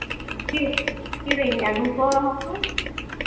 ᱪᱮᱫ ᱠᱤᱨᱤᱧ ᱟᱹᱜᱩ